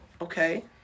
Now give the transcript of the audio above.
Okay